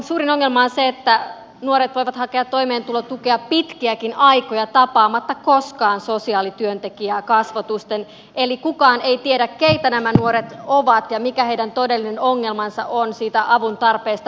suurin ongelma on se että nuoret voivat hakea toimeentulotukea pitkiäkin aikoja tapaamatta koskaan sosiaalityöntekijää kasvotusten eli kukaan ei tiedä keitä nämä nuoret ovat ja mikä heidän todellinen ongelmansa on siitä avuntarpeesta puhumattakaan